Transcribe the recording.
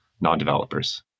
non-developers